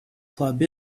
club